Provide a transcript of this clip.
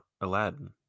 Aladdin